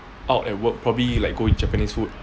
out at work probably like go eat japanese food